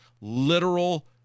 literal